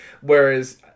Whereas